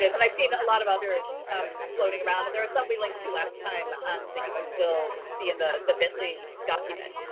i've seen a lot of others floating around, and there are some we linked to last time um that you can still see in the the bitly document,